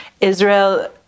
Israel